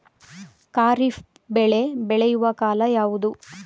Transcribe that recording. ಖಾರಿಫ್ ಬೆಳೆ ಬೆಳೆಯುವ ಕಾಲ ಯಾವುದು?